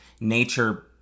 nature